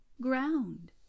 ground